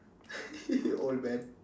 old man